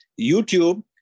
YouTube